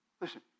Listen